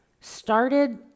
started